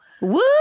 Woo